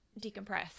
decompress